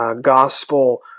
Gospel